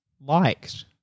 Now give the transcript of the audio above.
liked